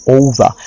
over